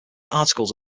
articles